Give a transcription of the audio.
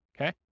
okay